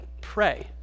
pray